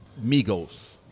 migos